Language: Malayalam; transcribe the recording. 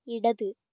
ഇടത്